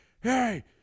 hey